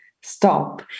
stop